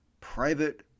private